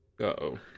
Uh-oh